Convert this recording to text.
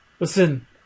Listen